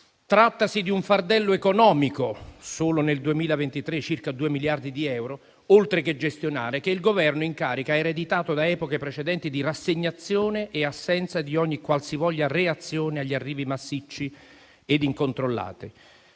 Trattasi di un fardello economico (solo nel 2023 di circa due miliardi di euro), oltre che gestionale, che il Governo in carica ha ereditato da epoche precedenti di rassegnazione e assenza di ogni qualsivoglia reazione agli arrivi massicci e incontrollati.